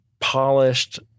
polished